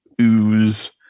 ooze